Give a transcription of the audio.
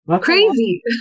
crazy